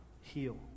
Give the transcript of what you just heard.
Heal